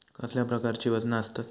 कसल्या प्रकारची वजना आसतत?